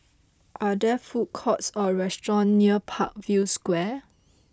are there food courts or restaurants near Parkview Square